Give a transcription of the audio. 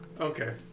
Okay